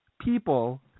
people